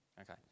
Okay